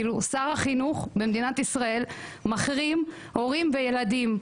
שר החינוך במדינת ישראל מחרים הורים וילדים.